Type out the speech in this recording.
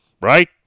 right